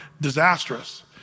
disastrous